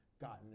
gotten